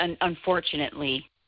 Unfortunately